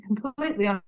completely